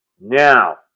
Now